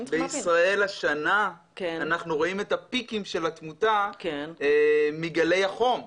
בישראל השנה אנחנו רואים את הפיקים של התמותה מגלי החום.